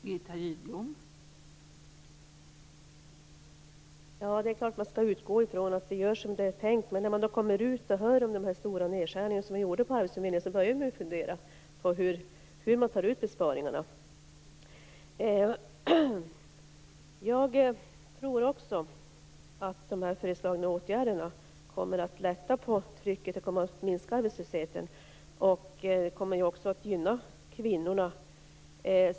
Fru talman! Det är klart att man skall utgå från att det görs som det var tänkt. Men när man då kommer ut och hör talas om de stora nedskärningar som har gjorts på arbetsförmedlingen börjar man ju att fundera på hur besparingarna tas ut. Jag tror också att de föreslagna åtgärderna kommer att lätta på trycket och minska arbetslösheten. De kommer också att gynna kvinnorna.